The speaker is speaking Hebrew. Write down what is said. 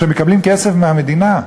שמקבלים כסף מהמדינה,